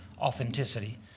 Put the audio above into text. authenticity